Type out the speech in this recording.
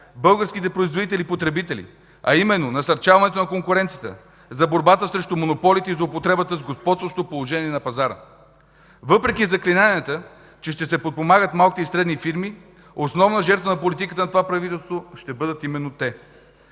българските производители и потребители, а именно насърчаването на конкуренцията, за борбата срещу монополите и злоупотребата с господстващо положение на пазара. Въпреки заклинанията, че ще се подпомагат малките и средните фирми, основната жертва на политиката на това правителство ще бъдат именно те.